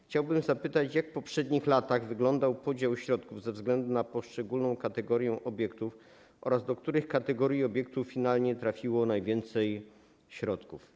Chciałbym zapytać, jak w poprzednich latach wyglądał podział środków ze względu na poszczególne kategorie obiektów oraz do której kategorii obiektów finalnie trafiło najwięcej środków.